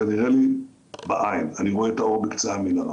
זה נראה לי בעין אני רואה את האור בקצה המנהרה.